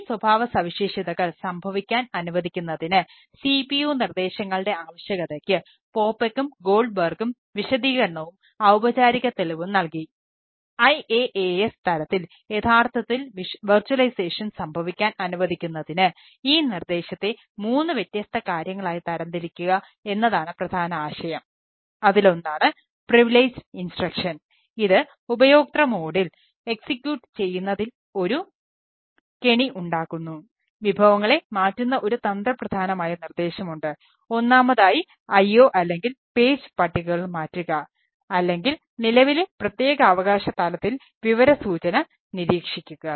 ഈ സ്വഭാവസവിശേഷതകൾ സംഭവിക്കാൻ അനുവദിക്കുന്നതിന് CPU നിർദ്ദേശങ്ങളുടെ ആവശ്യകതയ്ക്ക് പോപെക്കും പട്ടികകൾ മാറ്റുക അല്ലെങ്കിൽ നിലവിലെ പ്രത്യേകാവകാശ തലത്തിൽ വിവര സൂചന നിരീക്ഷിക്കുക